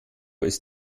ist